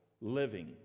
living